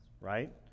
right